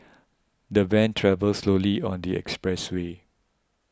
the van travelled slowly on the expressway